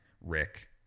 Rick